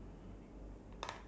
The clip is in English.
ya what would you do